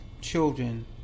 children